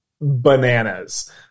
bananas